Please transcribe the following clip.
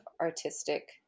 artistic